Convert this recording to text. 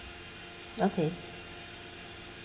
okay